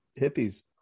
hippies